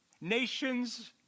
nations